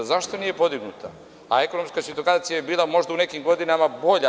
Zašto nije podignuta, a ekonomska situacija je bila u nekim godinama bolja?